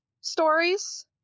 stories